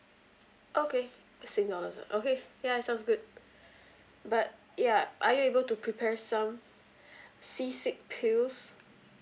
okay sing dollars ah okay ya sounds good but ya are you able to prepare some sea sick pills